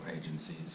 agencies